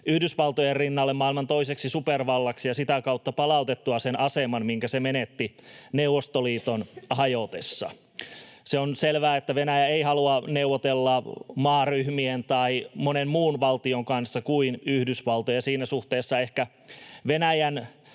Yhdysvaltojen rinnalle maailman toiseksi supervallaksi ja sitä kautta palautettua sen aseman, minkä se menetti Neuvostoliiton hajotessa. Se on selvää, että Venäjä ei halua neuvotella maaryhmien tai monen muun valtion kuin Yhdysvaltojen kanssa. Siinä suhteessa ehkä Venäjän